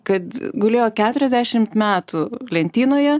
kad gulėjo keturiasdešimt metų lentynoje